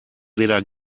weder